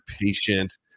patient